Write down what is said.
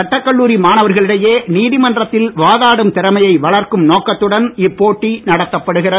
சட்டக்கல்லூரி மாணவர்களிடையே நீதிமன்றத்தில் வாதாடும் திறமையை வளர்க்கும் நோக்கத்துடன் இப்போட்டி நடத்தப்படுகிறது